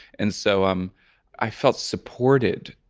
and so um i felt supported,